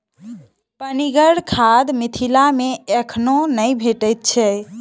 पनिगर खाद मिथिला मे एखनो नै भेटैत छै